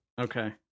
Okay